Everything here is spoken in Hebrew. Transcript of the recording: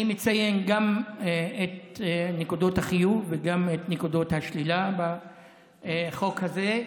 אני מציין גם את נקודות החיוב וגם את נקודות השלילה בחוק הזה.